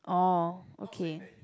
oh okay